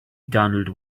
donald